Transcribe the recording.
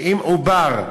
שאם עובר,